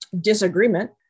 disagreement